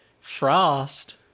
Frost